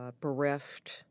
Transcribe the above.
bereft